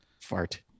fart